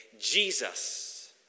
Jesus